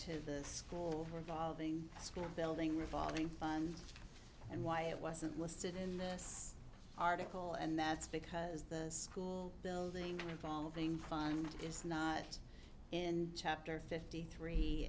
to the school regarding the school building revolving fund and why it wasn't listed in this article and that's because the school building involving prime is not in chapter fifty three